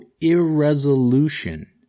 irresolution